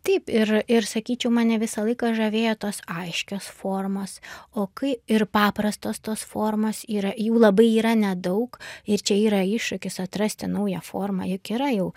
taip ir ir sakyčiau mane visą laiką žavėjo tos aiškios formos o kai ir paprastos tos formos yra jų labai yra nedaug ir čia yra iššūkis atrasti naują formą juk yra jau